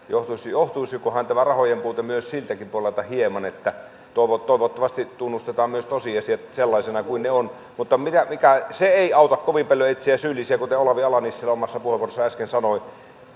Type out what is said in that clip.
johtuisikohan tämä rahojen puute siltäkin puolelta hieman toivottavasti tunnustetaan myös tosiasiat sellaisina kuin ne ovat mutta ei auta kovin paljon etsiä syyllisiä kuten olavi ala nissilä omassa puheenvuorossaan äsken sanoi